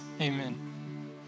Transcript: Amen